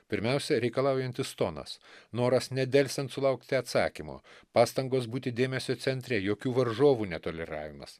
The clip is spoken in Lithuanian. pirmiausia reikalaujantis tonas noras nedelsiant sulaukti atsakymo pastangos būti dėmesio centre jokių varžovų netoleravimas